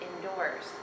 indoors